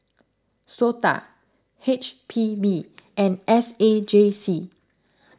Sota H P B and S A J C